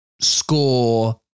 score